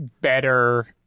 better